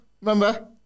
remember